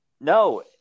no